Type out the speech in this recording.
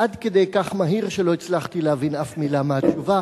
עד כדי כך מהיר שלא הצלחתי להבין אף מלה מהתשובה,